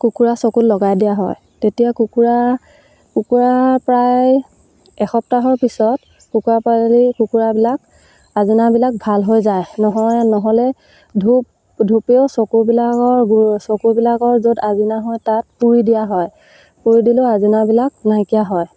কুকুৰা চকুত লগাই দিয়া হয় তেতিয়া কুকুৰা কুকুৰা প্ৰায় এসপ্তাহৰ পিছত কুকুৰা পোৱালি কুকুৰাবিলাক আজিনাবিলাক ভাল হৈ যায় নহ'য় নহ'লে ধূপ ধূপেও চকুবিলাকৰ গুৰি চকুবিলাকৰ য'ত আজিনা হয় তাত পুৰি দিয়া হয় পুৰি দিলেও আজিনাবিলাক নাইকিয়া হয়